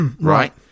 right